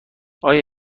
آیا